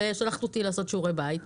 ושלחת אותי לעשות שיעורי בית.